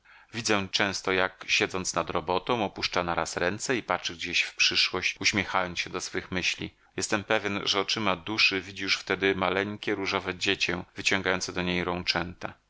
widzę często jak siedząc nad robotą opuszcza naraz ręce i patrzy gdzieś w przyszłość uśmiechając się do swych myśli jestem pewien że oczyma duszy widzi już wtedy maleńkie różowe dziecię wyciągające do niej